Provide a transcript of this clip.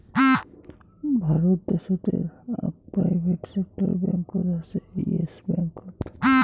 ভারত দ্যাশোতের আক private sector ব্যাঙ্কত হসে ইয়েস ব্যাঙ্কত